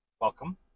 welcome